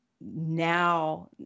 now